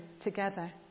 together